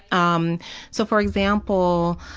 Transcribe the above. um so for example,